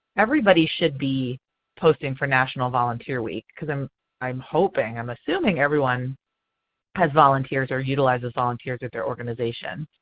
everybody should be posting for national volunteer week because i'm i'm hoping, i'm assuming everyone has volunteers or utilizes volunteers at their organization.